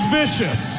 vicious